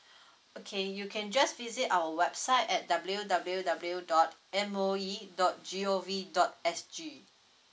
okay you can just visit our website at W W W dot M O E dot G O V dot S G